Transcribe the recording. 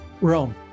Rome